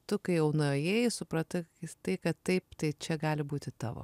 tu kai jau nuėjai supratai jog tai kad taip tai čia gali būti tavo